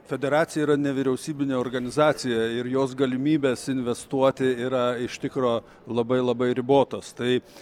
federacija yra nevyriausybinė organizacija ir jos galimybės investuoti yra iš tikro labai labai ribotos tai